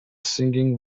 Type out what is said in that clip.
singing